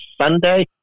Sunday